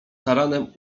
taranem